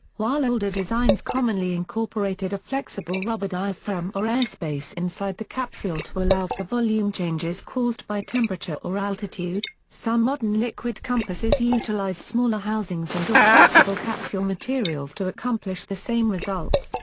while older designs commonly incorporated a flexible rubber diaphragm or airspace inside the capsule to allow for volume changes caused by temperature or altitude, some modern liquid compasses utilize smaller housings and or flexible capsule materials to accomplish the same result.